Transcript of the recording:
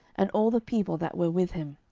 and all the people that were with him,